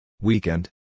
Weekend